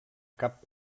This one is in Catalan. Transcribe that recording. cap